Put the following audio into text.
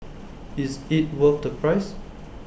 is IT worth the price